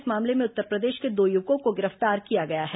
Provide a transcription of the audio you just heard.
इस मामले में उत्तरप्रदेश के दो युवकों को गिरफ्तार किया गया है